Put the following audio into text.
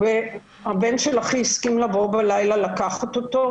והבן של אחי הסכים לבוא בלילה לקחת אותו,